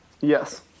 Yes